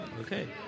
Okay